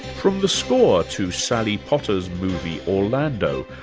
from the score to sally potter's movie orlando,